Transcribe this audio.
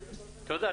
תודה.